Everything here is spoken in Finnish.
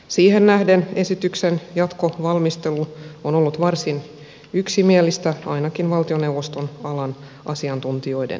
siihen nähden esityksen jatkovalmistelu on ollut varsin yksimielistä ainakin valtioneuvoston alan asiantuntijoiden piirissä